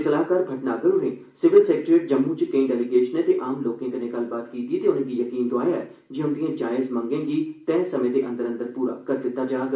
सलाहकार भटनागर होरें civil secretariat Jammu च केई डेलीगेशनें ते आम लोकें कन्नै गल्लबात कीती ते उनें'गी यकीन दोआया ऐ जे उंदिए जायज मंगें गी तैय समें दे अंदर अंदर पूरा करी दित्ता जाग